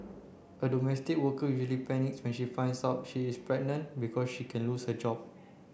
a domestic worker usually panics when she finds out she is pregnant because she can lose her job